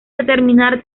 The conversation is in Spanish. determinar